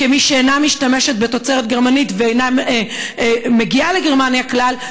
כמי שאינה משתמשת בתוצרת גרמנית ואינה מגיעה לגרמניה כלל,